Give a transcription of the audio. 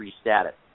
status